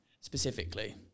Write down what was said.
specifically